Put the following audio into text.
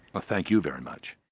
ah thank you very much.